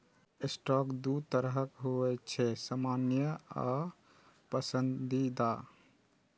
stock दू तरहक होइ छै, सामान्य आ पसंदीदा